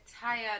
tired